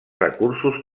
recursos